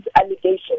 allegations